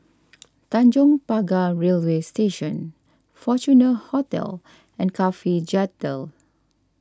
Tanjong Pagar Railway Station Fortuna Hotel and Cafhi Jetty